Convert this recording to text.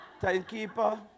timekeeper